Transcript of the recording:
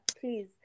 please